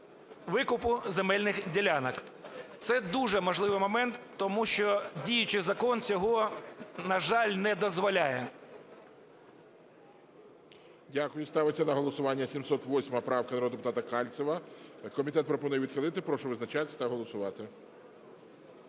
викупу земельних ділянок. Це дуже важливий момент. Тому що діючий закон цього, на жаль, не дозволяє.